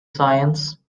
science